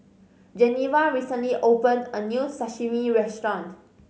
Geneva recently opened a new Sashimi Restaurant